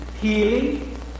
healing